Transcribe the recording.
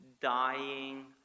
dying